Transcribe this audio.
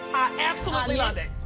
absolutely love it.